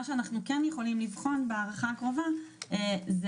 מה שאנחנו כן יכולים לבחון בהארכה הקרובה זה